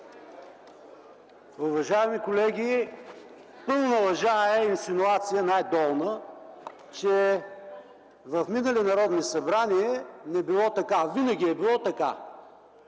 Уважаеми колеги, пълна лъжа е и инсинуация най-долна, че в минали народни събрания не е било така. Винаги е било така.